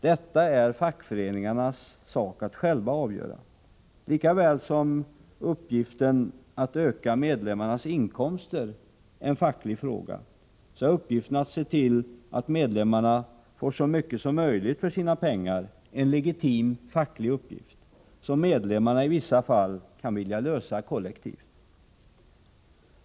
Detta är fackföreningarnas sak att avgöra. På samma sätt som uppgiften att öka medlemmarnas inkomster är en facklig fråga är uppgiften att se till att medlemmarna får så mycket som möjligt för sina pengar en legitim facklig uppgift, som medlemmarna i vissa fall kan välja att lösa kollektivt.